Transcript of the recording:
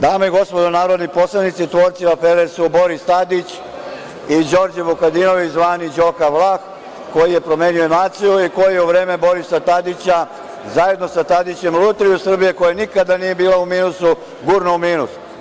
Dame i gospodo narodni poslanici, tvorci afere su Boris Tadić i Đorđe Vukadinović, zvani Đoka Vlah, koji je promenio naciju i koji je u vreme Borisa Tadića, zajedno sa Tadićem, „Lutriju Srbije“, koja nikada nije bila u minusu, gurnuo u minus.